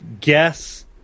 guess